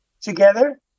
together